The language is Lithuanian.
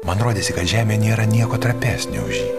man rodėsi kad žemėj nėra nieko trapesnio už jį